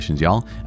y'all